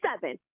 seven